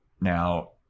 Now